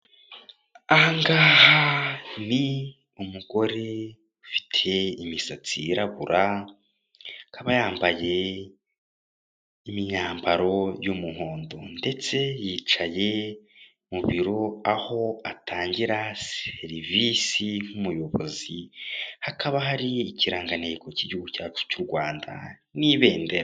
Ahangaha ni umugore ufite imisatsi yirabura ,akaba yambaye imyambaro y'umuhondo, ndetse yicaye mu biro aho atangira serivisi nk'umuyobozi ,hakaba hari ikirangantego cy'igihugu cyacu cy'u Rwanda n'ibendera.